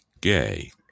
gay